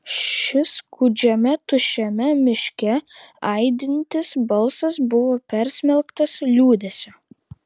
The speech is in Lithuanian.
šis gūdžiame tuščiame miške aidintis balsas buvo persmelktas liūdesio